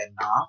enough